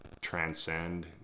transcend